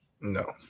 No